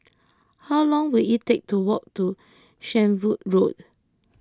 how long will it take to walk to Shenvood Road